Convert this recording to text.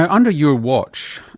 and under your watch,